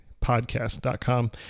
podcast.com